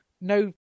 no